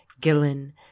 gillen